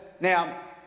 Now